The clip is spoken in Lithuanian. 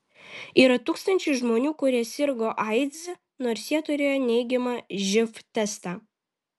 yra tūkstančiai žmonių kurie sirgo aids nors jie turėjo neigiamą živ testą